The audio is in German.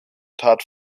tat